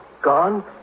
gone